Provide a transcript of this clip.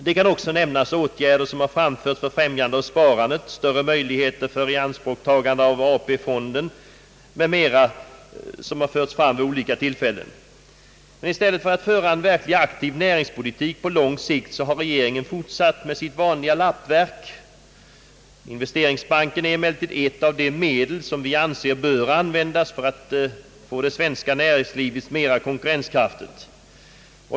Det kan också nämnas åtgärder för främjande av sparande, större möjligheter för ianspråktagande av AP-fonderna m.m., som vid olika tillfällen föreslagits av centern. Men i stället för att föra en verkligt aktiv näringspolitik på lång sikt har regeringen fortsatt med sitt vanliga lappverk. Investeringsbanken är ett av de medel som vi anser bör användas för att göra det svenska näringslivet mer konkurrenskraftigt.